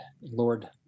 Lord